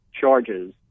charges